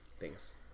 Thanks